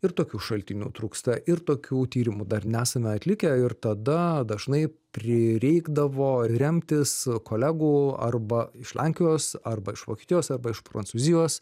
ir tokių šaltinių trūksta ir tokių tyrimų dar nesame atlikę ir tada dažnai prireikdavo remtis kolegų arba iš lenkijos arba iš vokietijos arba iš prancūzijos